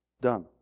done